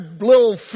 little